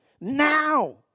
Now